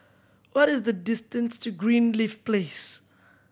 what is the distance to Greenleaf Place